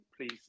Please